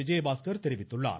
விஜயபாஸ்கர் தெரிவித்துள்ளார்